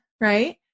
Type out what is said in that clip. right